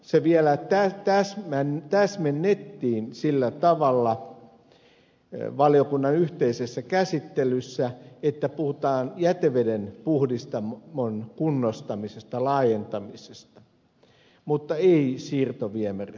se vielä täsmennettiin sillä tavalla valiokunnan yhteisessä käsittelyssä että puhutaan jäteveden puhdistamon kunnostamisesta laajentamisesta mutta ei siirtoviemäristä